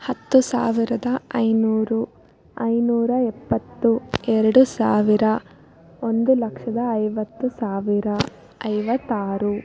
ಹತ್ತು ಸಾವಿರದ ಐನೂರು ಐನೂರ ಎಪ್ಪತ್ತು ಎರಡು ಸಾವಿರ ಒಂದು ಲಕ್ಷದ ಐವತ್ತು ಸಾವಿರ ಐವತ್ತಾರು